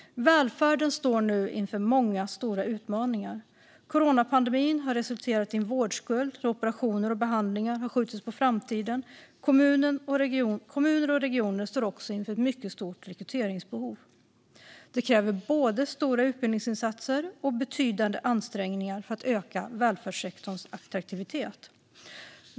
Välfärden står nu inför många stora utmaningar. Coronapandemin har resulterat i en vårdskuld när operationer och behandlingar har skjutits på framtiden. Kommuner och regioner står också inför ett mycket stort rekryteringsbehov. Det kräver både stora utbildningsinsatser och betydande ansträngningar för att öka välfärdssektorns attraktivitet.